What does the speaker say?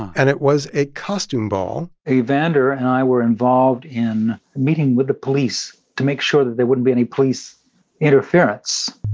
and it was a costume ball evander and i were involved in meeting with the police to make sure that there wouldn't be any police interference